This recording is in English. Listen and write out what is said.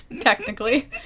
Technically